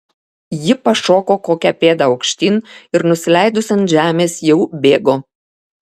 ji pašoko kokią pėdą aukštyn ir nusileidus ant žemės jau bėgo